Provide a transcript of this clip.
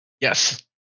Yes